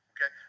Okay